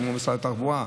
כמו משרד התחבורה,